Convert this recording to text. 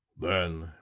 Then